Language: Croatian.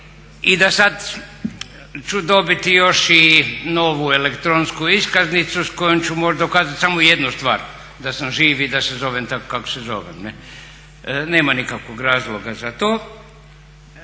i da sad ću dobiti još i novu elektronsku iskaznicu s kojom ću moći dokazati samo jednu stvar, da sam živ i da se zovem tako kako se zovem. Nema nikakvog razloga za to